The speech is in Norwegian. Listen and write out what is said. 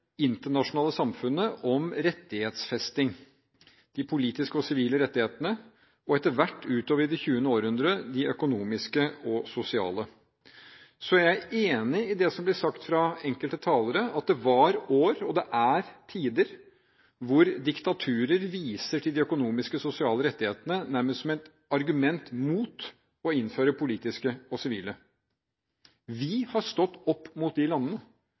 internasjonale samfunnet når det gjelder rettighetsfesting – de politiske og sivile rettighetene og etter hvert, utover i det 20. århundret, også de økonomiske og sosiale rettighetene. Jeg er enig i det som blir sagt fra enkelte talere, at det var år, og det er tider, hvor diktaturer viser til de økonomiske og sosiale rettighetene nærmest som et argument mot å innføre politiske og sivile rettigheter. Vi har stått opp mot de landene.